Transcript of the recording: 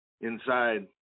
inside